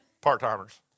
part-timers